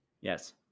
yes